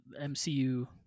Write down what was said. MCU